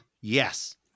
Yes